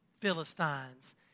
Philistines